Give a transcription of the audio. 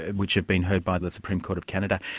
and which have been heard by the supreme court of canada.